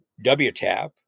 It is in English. WTAP